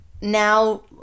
now